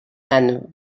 and